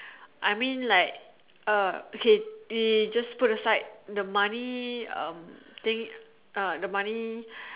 I mean like uh okay we just put aside the money um thing uh the money